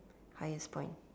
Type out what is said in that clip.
highest point